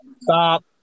Stop